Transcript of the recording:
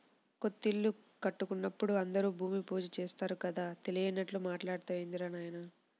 కొత్తిల్లు కట్టుకుంటున్నప్పుడు అందరూ భూమి పూజ చేత్తారు కదా, తెలియనట్లు మాట్టాడతావేందిరా నాయనా